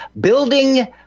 building